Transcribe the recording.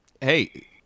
Hey